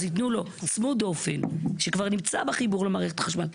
אז ייתנו לו צמוד דופן שכבר נמצא בחיבור למערכת החשמל,